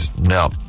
No